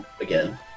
again